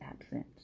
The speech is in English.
absent